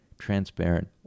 transparent